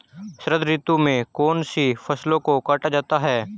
शरद ऋतु में कौन सी फसलों को काटा जाता है?